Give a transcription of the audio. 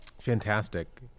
Fantastic